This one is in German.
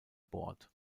bord